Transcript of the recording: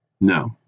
No